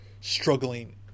struggling